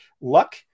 luck